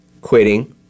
quitting